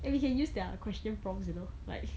eh we can use their question prompts you know like